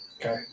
Okay